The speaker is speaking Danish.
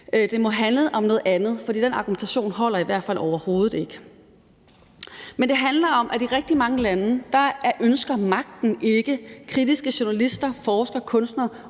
Det må handle om noget andet, for den argumentation holder i hvert fald overhovedet ikke. Men det handler om, at i rigtig mange lande ønsker magten ikke kritiske journalister, forskere, kunstnere